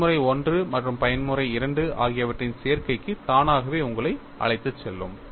பயன்முறை I மற்றும் பயன்முறை II ஆகியவற்றின் சேர்க்கைக்கு தானாகவே உங்களை அழைத்துச் செல்லும்